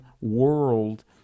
world